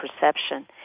perception